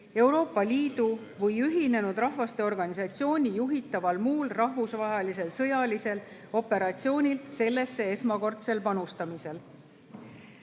Euroopa Liidu või Ühinenud Rahvaste Organisatsiooni juhitaval muul rahvusvahelisel sõjalisel operatsioonil sellesse esmakordsel panustamisel".